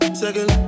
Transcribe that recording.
second